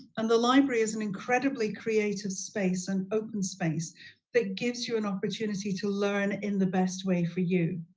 and the library is an incredibly creative space and open space that gives you an opportunity to learn in the best way for you.